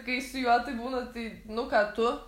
kai su juo taip būna tai nu ką tu